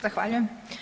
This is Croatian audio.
Zahvaljujem.